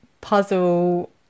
puzzle